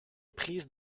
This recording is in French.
prise